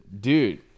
dude